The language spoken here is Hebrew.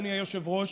אדוני היושב-ראש,